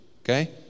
Okay